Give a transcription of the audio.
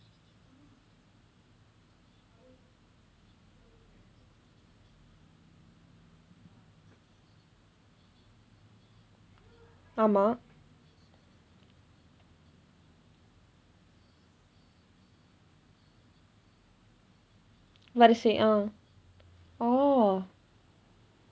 ஆமா வரிசை:aamaa varisai ah orh